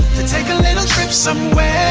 to take a little trip somewhere